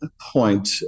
point